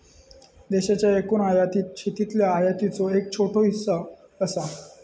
देशाच्या एकूण आयातीत शेतीतल्या आयातीचो एक छोटो हिस्सो असा